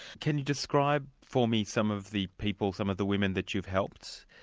can you describe for me some of the people, some of the women that you've helped?